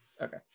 okay